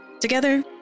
together